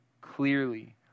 clearly